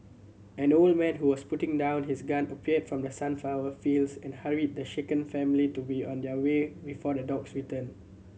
an old man who was putting down his gun appeared from the sunflower fields and hurried the shaken family to be on their way before the dogs return